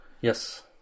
Yes